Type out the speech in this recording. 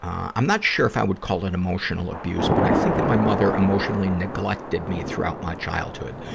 i'm not sure if i would call it emotional abuse, but i think that my mother emotionally neglected me throughout my childhood.